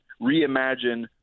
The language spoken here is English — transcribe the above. reimagine